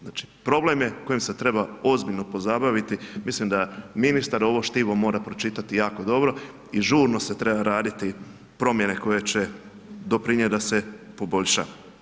Znači, problem je kojem se treba ozbiljno pozabaviti, mislim da ministar ovo štivo mora pročitati jako dobro i žurno se treba raditi promjene koje će doprinijeti da se poboljša.